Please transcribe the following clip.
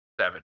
seven